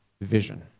vision